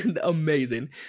Amazing